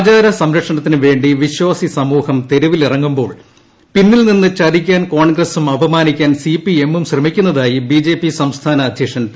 ആചാര സംരക്ഷണത്തിന് വേണ്ടി വിശ്വാസി സമൂഹം തെരുവിലിറങ്ങുമ്പോൾ പിന്നിൽ നിന്ന് ചതിക്കാൻ കോൺഗ്രസും അപമാനിക്കാൻ സിപിഎമ്മും ശ്രമിക്കുന്നതായി ബിജെപി സംസ്ഥാന അദ്ധ്യക്ഷൻ പി